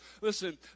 listen